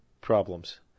problems